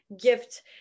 gift